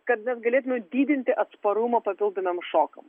kad mes galėtume didinti atsparumą papildomiem šokam